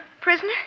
prisoner